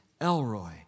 Elroy